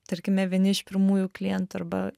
tarkime vieni iš pirmųjų klientų arba